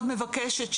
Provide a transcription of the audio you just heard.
מאוד מבקשת,